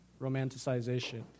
romanticization